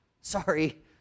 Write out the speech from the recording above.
sorry